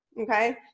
okay